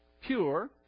pure